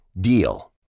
DEAL